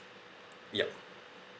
yup